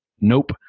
nope